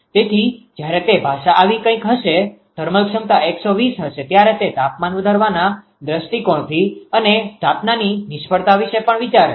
તેથી જયારે તે ભાષા આવી કઈક હશે થર્મલ ક્ષમતા 120 હશે ત્યારે તે તાપમાન વધારવાના દૃષ્ટિકોણથી અને સ્થાપનાની નિષ્ફળતા વિશે પણ વિચારે છે